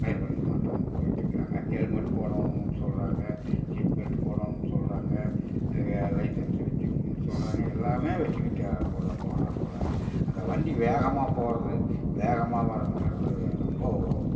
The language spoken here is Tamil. பயன்படுத்த மாட்டுறாங்க போயிட்டு இருக்கிறாங்க ஹெல்மெட்டு போடணும்னு சொல்கிறாங்க சீட் பெல்ட்டு போடணும்னு சொல்கிறாங்க லைசன்ஸ்ஸு வச்சிக்கோங்கனு சொல்கிறாங்க எல்லாமே வச்சிக்கிட்டால் கூட போனால் கூட அந்த வண்டி வேகமாக போகிறது வேகமாக வர்றதுங்கிறது ரொம்ப